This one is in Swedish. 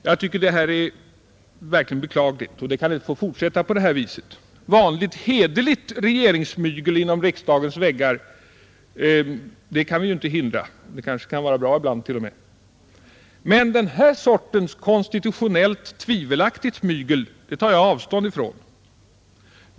Jag tycker verkligen att detta är beklagligt, och det kan inte få fortsätta på det här viset. Vanligt hederligt regeringsmygel inom riksdagens väggar kan vi inte hindra, Det kanske t.o.m. kan vara bra ibland. Men den här sortens konstitutionellt tvivelaktigt mygel tar jag avstånd från.